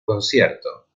concierto